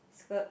skirt